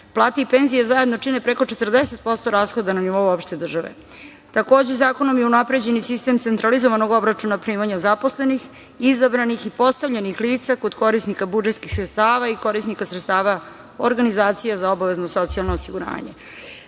plate i penzije zajedno čine preko 40% rashoda na nivou opšte države. Takođe, zakonom je unapređen i sistem centralizovanog obračuna primanja zaposlenih, izabranih i postavljenih lica kod korisnika budžetskih sredstava i korisnika sredstava organizacija za obavezno socijalno osiguranje. Kada